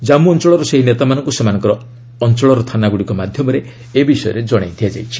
ଜମ୍ମୁ ଅଞ୍ଚଳର ସେହି ନେତାମାନଙ୍କୁ ସେମାନଙ୍କ ଅଞ୍ଚଳର ଥାନାଗୁଡ଼ିକ ମାଧ୍ୟମରେ ଏ ବିଷୟରେ ଜଣାଇ ଦିଆଯାଇଛି